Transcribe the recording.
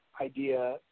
idea